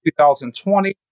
2020